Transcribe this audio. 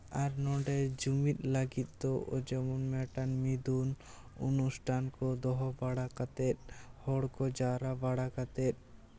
ᱟᱨ ᱱᱚᱸᱰᱮ ᱡᱩᱢᱤᱫ ᱞᱟᱹᱜᱤᱫ ᱫᱚ ᱡᱮᱢᱚᱱ ᱢᱤᱫᱴᱟᱱ ᱢᱤᱫᱩᱱ ᱚᱱᱩᱥᱴᱷᱟᱱ ᱠᱚ ᱫᱚᱦᱚ ᱵᱟᱲᱟ ᱠᱟᱛᱮᱫ ᱦᱚᱲᱠᱚ ᱡᱟᱣᱨᱟ ᱵᱟᱲᱟ ᱠᱟᱛᱮᱫ